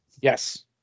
Yes